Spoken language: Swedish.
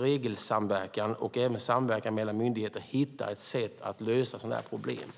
regelsamverkan och i även samverkan mellan myndigheter hitta ett sätt att lösa sådana här problem.